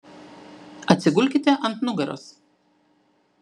atsigulkite ant nugaros